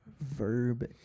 Verb